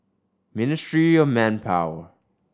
Ministry of Manpower